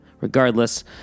Regardless